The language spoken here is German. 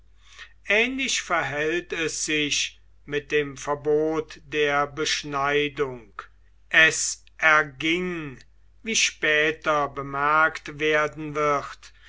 ähnlich verhält es sich mit dem verbot der beschneidung es erging wie später bemerkt werden wird